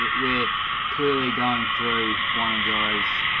we're clearly going through one of those